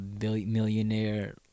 millionaire